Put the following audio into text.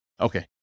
Okay